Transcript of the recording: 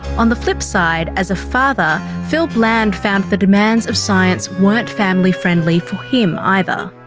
on the flip side, as a father, phil bland found the demands of science weren't family friendly for him either.